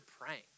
praying